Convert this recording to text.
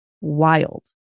wild